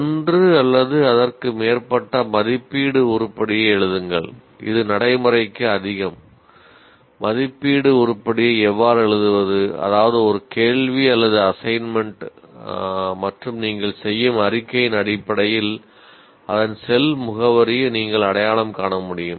ஒன்று அல்லது அதற்கு மேற்பட்ட மதிப்பீடு மற்றும் நீங்கள் செய்யும் அறிக்கையின் அடிப்படையில் அதன் செல் முகவரியை நீங்கள் அடையாளம் காண முடியும்